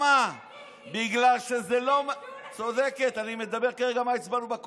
גם בכנסת העשרים הבאת את זה.